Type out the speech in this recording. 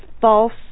false